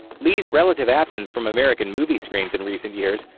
li's relative absence from american movie screens in recent years,